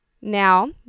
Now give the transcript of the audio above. Now